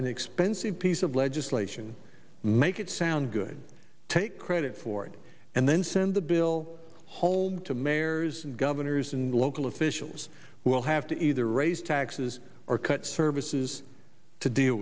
an expensive piece of legislation make it sound good take credit for it and then send the bill hold to mayors and governors and local officials will have to either raise taxes or cut services to deal